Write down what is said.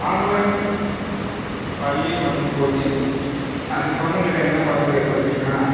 online பள்ளி மற்றும் coaching அது குழந்தைகளிடம் என்ன பாதிப்பை ஏற்படுச்சிருக்குனால்